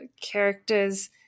characters